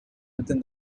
within